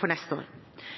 for neste år.